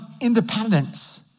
independence